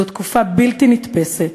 זאת תקופה בלתי נתפסת,